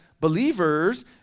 believers